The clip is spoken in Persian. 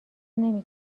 نمی